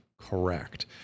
correct